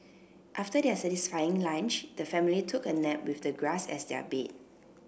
after their satisfying lunch the family took a nap with the grass as their bed